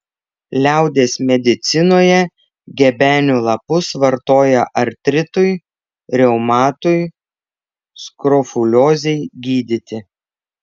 liaudies medicinoje gebenių lapus vartoja artritui reumatui skrofuliozei gydyti